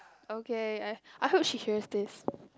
okay I I hope she hear this